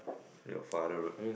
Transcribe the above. your father road